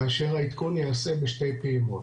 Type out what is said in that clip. כאשר העדכון ייעשה בשתי פעימות.